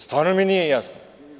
Stvarno mi nije jasno.